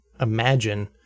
imagine